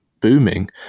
booming